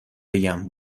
بگم